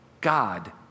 God